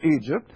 Egypt